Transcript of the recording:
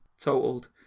totaled